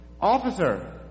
officer